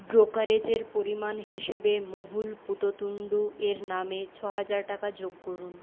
ব্রোকারেজের পরিমাণ হিসেবে মোহুল পুততুন্ড এর নামে ছ হাজার টাকা যোগ করুন